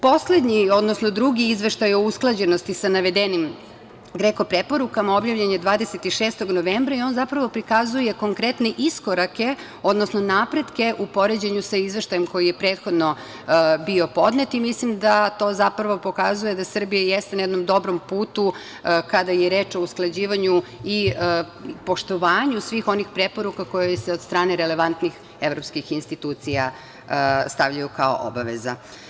Poslednji, odnosno drugi izveštaj o usklađenosti sa navedenim GREKO preporukama objavljen je 26. novembra i on zapravo prikazuje konkretne iskorake, odnosno napretke u poređenju sa izveštajem koji je prethodno bio podnet i mislim da zapravo to pokazuje da Srbija jeste na jednom dobrom putu kada je reč o usklađivanju i poštovanju svih onih preporuka koji se od strane relevantnih evropskih institucija stavljaju kao obaveza.